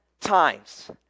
times